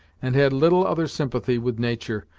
and had little other sympathy with nature,